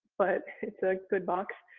but it's a good box.